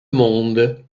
monde